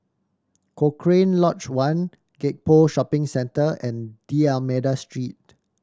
Cochrane Lodge One Gek Poh Shopping Centre and D'Almeida Street